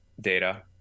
data